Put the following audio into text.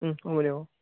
হ'ব দিয়ক অঁ